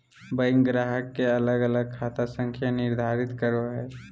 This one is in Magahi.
बैंक ग्राहक के अलग अलग खाता संख्या निर्धारित करो हइ